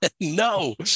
No